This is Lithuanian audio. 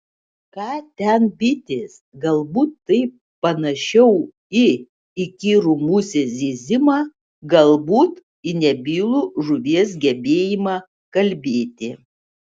ką ten bitės galbūt tai panašiau į įkyrų musės zyzimą galbūt į nebylų žuvies gebėjimą kalbėti